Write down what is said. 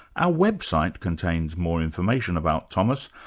our website contains more information about thomas,